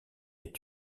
est